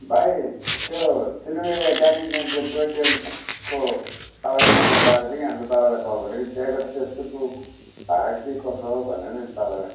भाइ त्यो सिलगढीबाट दार्जिलिङ जाने त्यो टोय ट्रेनको तपाईँको नम्बर पाएको थिएँ कि अन्त तपाईँलाई कल गरेको नि त्यहाँको त्यसको त्यो भाडा के कसो हो भनेर नि तपाईँलाई सोधेको